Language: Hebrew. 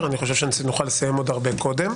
זה התפקיד רק של יושב-ראש הוועדה.